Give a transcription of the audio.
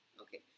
Okay